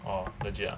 orh legit ah